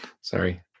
Sorry